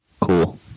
Cool